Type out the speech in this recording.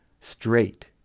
straight